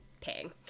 paying